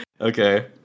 Okay